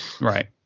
Right